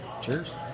Cheers